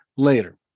Later